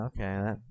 okay